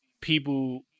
people